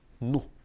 no